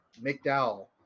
McDowell